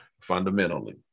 fundamentally